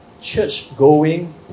church-going